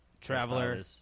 traveler